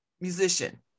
musician